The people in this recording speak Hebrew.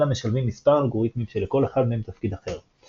אלא משלבים מספר אלגוריתמים שלכל אחד מהם תפקיד אחר.